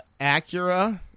acura